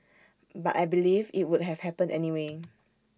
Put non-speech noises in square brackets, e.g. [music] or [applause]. but I believe IT would have happened anyway [noise]